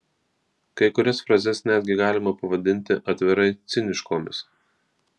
kai kurias frazes netgi galima pavadinti atvirai ciniškomis